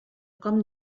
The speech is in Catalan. com